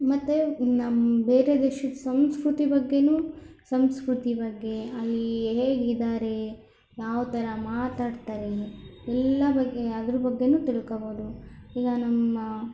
ಮತ್ತೆ ನಮ್ಮ ಬೇರೆ ದೇಶದ ಸಂಸ್ಕೃತಿ ಬಗ್ಗೆಯೂ ಸಂಸ್ಕೃತಿ ಬಗ್ಗೆ ಅಲ್ಲಿ ಹೇಗಿದ್ದಾರೆ ಯಾವ ಥರ ಮಾತಾಡ್ತಾರೆ ಎಲ್ಲ ಬಗ್ಗೆ ಅದರ ಬಗ್ಗೆಯೂ ತಿಳ್ಕೋಬೋದು ಈಗ ನಮ್ಮ